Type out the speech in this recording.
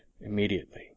immediately